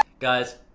guys.